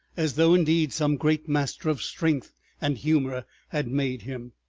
as though indeed some great master of strength and humor had made him.